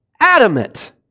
Adamant